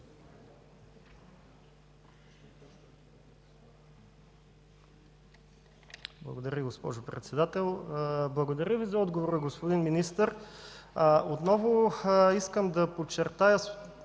Благодаря за отговора, господин Министър. Отново искам да подчертая